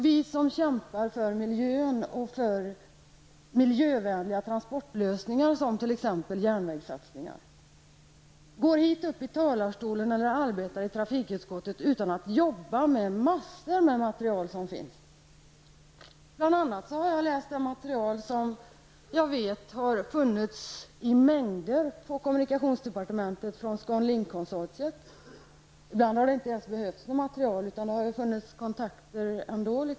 Vi som kämpar för miljön och för miljövänliga transportlösningar, som t.ex. järnvägssatsningar, går inte hit upp i talarstolen eller arbetar i trafikutskottet utan att arbeta med mängder av material som finns. Jag har bl.a. läst det material som jag vet har funnits i mängder på kommunikationsdepartementet från ScanLinkkonsortiet. Ibland har det inte ens behövts något material. Det har funnits kontakter ändå.